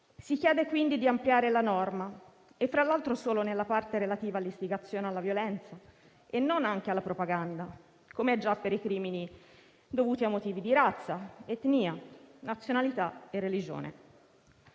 Si chiede, quindi, di ampliare la norma e tra l'altro solo nella parte relativa all'istigazione alla violenza e non anche alla propaganda, come già per i crimini dovuti a motivi di razza, etnia, nazionalità e religione.